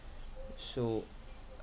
so